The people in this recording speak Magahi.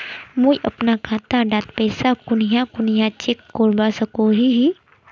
मुई अपना खाता डात पैसा कुनियाँ कुनियाँ चेक करवा सकोहो ही?